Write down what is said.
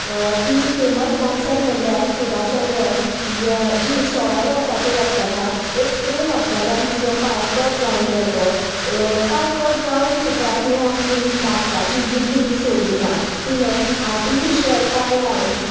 ती famous dancer म्हणल्यार सुधा चंद्रन जी सोळ्या वर्साचेर आसतना एक ट्रेन अपघातान तिचो पांय कट जावन गेल्लो पांय कट जावन सुद्दा तिणें आपली नाचपाची जिद ही सोडली ना तिणें आर्टिफिशल पांय लावन